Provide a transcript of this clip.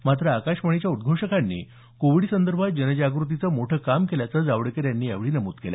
मात्र आकाशवाणीच्या उद्घोषकांनी कोविडसंदर्भात जनजागृतीचं मोठं काम केल्याचं जावडेकर यांनी यावेळी नमूद केलं